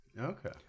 Okay